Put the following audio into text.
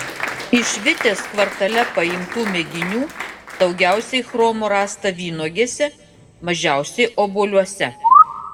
iš vitės kvartale paimtų mėginių daugiausiai chromo rasta vynuogėse mažiausiai obuoliuose